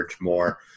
more